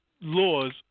laws